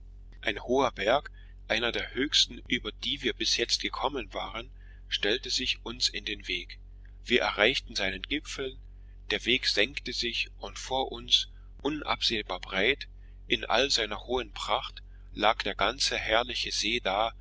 ein hoher berg einer der höchsten über die wir bis jetzt gekommen waren stellte sich uns in den weg wir erreichten seinen gipfel der weg senkte sich und vor uns unabsehbar breit in aller seiner hohen pracht lag der ganze herrliche see da